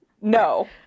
No